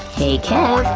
hey kev,